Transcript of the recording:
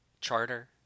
charter